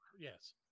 yes